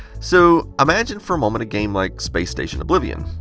so, imagine for a moment a game like space station oblivion.